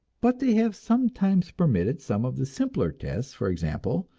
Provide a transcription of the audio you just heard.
but they have sometimes permitted some of the simpler tests, for example,